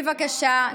בבקשה.